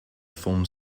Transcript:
film